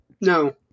No